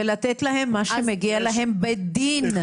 ולתת להם מה שמגיע להם בדין.